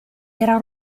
era